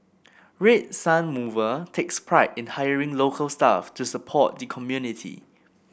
Red Sun Mover takes pride in hiring local staff to support the community